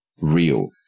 real